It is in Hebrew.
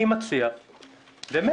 אני מציע באמת,